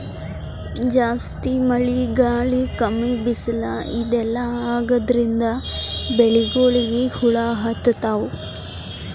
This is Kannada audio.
ಜಾಸ್ತಿ ಮಳಿ ಗಾಳಿ ಕಮ್ಮಿ ಬಿಸ್ಲ್ ಇದೆಲ್ಲಾ ಆಗಾದ್ರಿಂದ್ ಬೆಳಿಗೊಳಿಗ್ ಹುಳಾ ಹತ್ತತಾವ್